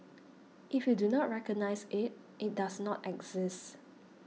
if you do not recognise it it does not exist